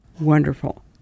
Wonderful